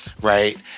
right